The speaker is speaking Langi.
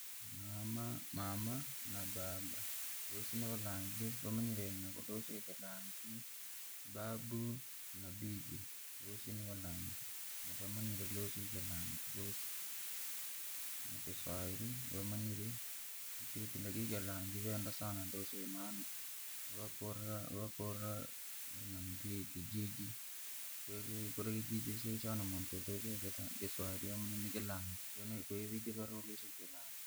Maama na baaba, vosi ni valangi vamanyire lusika kilangi. Babu na bibi, vosi ni valangi, vamanyire lusika kilangi vosi, kiswahiri vamanyire, lakini kilangi venda sana, lusika maana vyakurra kijiji, kwahiyo kura kijiji siurishana muntu alusika kiswahiri amuna nikilangi vi, yani wevikalonge nikilangi.